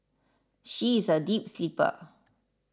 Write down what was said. she is a deep sleeper